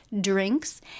drinks